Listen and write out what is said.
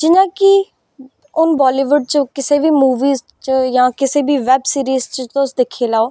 जि'यां कि हून बॉलीवुड कुसै बी मुवीज़ च जां कुसै बी वैब सीरिज़ च तुस दिक्खी लैओ